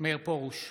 מאיר פרוש,